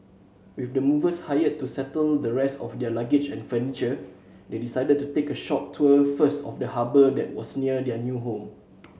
with the movers hired to settle the rest of their luggage and furniture they decided to take a short tour first of the harbour that was near their new home